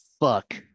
fuck